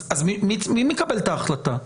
אז מי מקבל את ההחלטה,